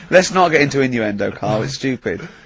let's not get into innuendo karl. it's stupid.